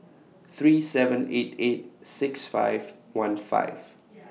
three seven eight eight six five one five